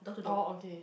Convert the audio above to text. oh okay